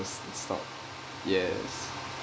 stock yes